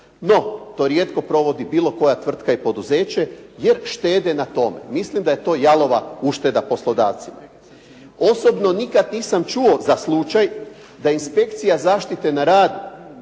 No, to rijetko provodi bilo koja tvrtka i poduzeće jer štede na tome. Mislim da je to jalova ušteda poslodavca. Osobno nikad nisam čuo za slučaj da je inspekcija zaštite na radu